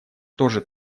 тоже